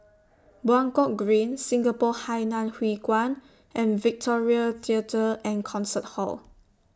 Buangkok Green Singapore Hainan Hwee Kuan and Victoria Theatre and Concert Hall